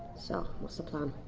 so, what's the plan?